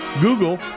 Google